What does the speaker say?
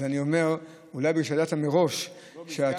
אז אני אומר: אולי בגלל שידעת מראש מהשרה.